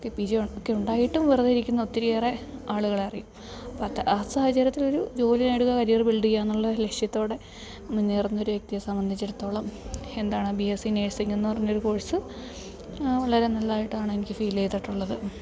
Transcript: ഒക്കെ P G ഒക്കെ ഉണ്ടായിട്ടും വെറുതെ ഇരിക്കുന്ന ഒത്തിരി ഏറെ ആളുകളെ അറിയും അപ്പം അത് ആ സാഹചര്യത്തിൽ ഒരു ജോലി നേടുക കരിയർ ബിൽഡ് ചെയ്യാന്നുള്ള ലക്ഷ്യത്തോടെ മുന്നേറുന്നൊരു വ്യക്തിയെ സംബന്ധിച്ചിടത്തോളം എന്താണ് ബി എസ് സി നേഴ്സിംഗെന്ന് പറഞ്ഞൊരു കോഴ്സ് വളരെ നല്ലത് ആയിട്ടാണ് എനിക്ക് ഫീൽ ചെയ്തിട്ടുള്ളത്